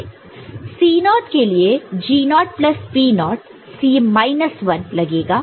C0 naught naught के लिए G0 naught naught plus P0 naught naught C minus 1 लगेगा